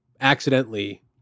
accidentally